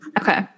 Okay